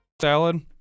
Salad